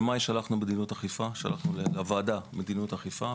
בחודש מאי שלחנו לוועדה מדיניות אכיפה.